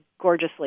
gorgeously